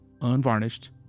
unvarnished